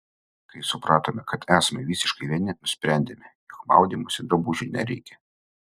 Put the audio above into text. kai supratome kad esame visiškai vieni nusprendėme jog maudymosi drabužių nereikia